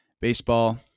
baseball